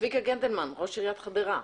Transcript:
צביקה גנדלמן, ראש עיריית חדרה.